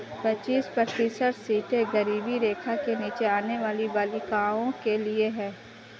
पच्चीस प्रतिशत सीटें गरीबी रेखा के नीचे आने वाली बालिकाओं के लिए है